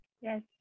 Yes